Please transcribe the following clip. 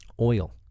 Oil